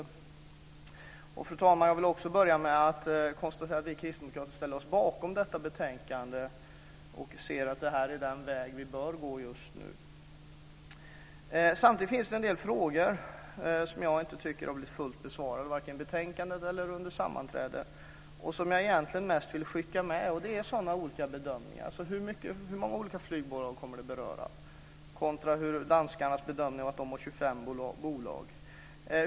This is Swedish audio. Fru talman! Jag vill börja med att konstatera att vi kristdemokrater ställer oss bakom detta betänkande, och vi ser att detta är den väg vi bör gå just nu. Samtidigt finns det en del frågor som jag tycker inte har blivit fullt besvarade i vare sig betänkandet eller under sammanträdet. Hur många olika flygbolag kommer att beröras kontra danskarnas bedömning om 25 bolag?